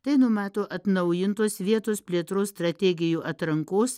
tai numato atnaujintos vietos plėtros strategijų atrankos